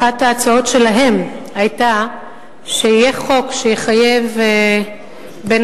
אחת ההצעות שלהם היתה שיהיה חוק שיחייב בין